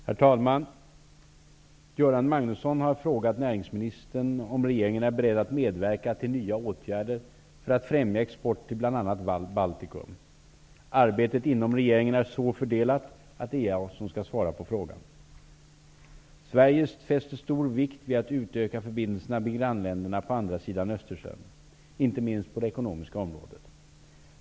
Herr talman! Göran Magnusson har frågat näringsministern om regeringen är beredd att medverka till nya åtgärder för att främja export till bl.a. Baltikum. Arbetet inom regeringen är så fördelat att det är jag som skall svara på frågan. Sverige fäster stor vikt vid att utöka förbindelserna med grannländerna på andra sidan Östersjön, inte minst på det ekonomiska området.